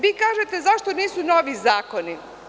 Vi kažete – zašto nisu novi zakoni?